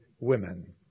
Women